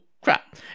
Crap